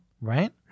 Right